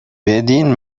بدین